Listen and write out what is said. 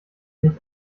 nicht